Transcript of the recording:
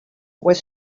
were